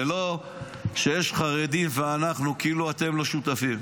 זה לא שיש חרדים וכאילו אתם לא שותפים.